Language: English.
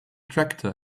tractor